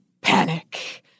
panic